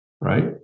right